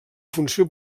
funció